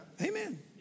Amen